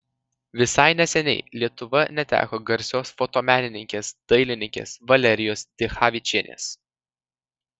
visai neseniai lietuva neteko garsios fotomenininkės dailininkės valerijos dichavičienės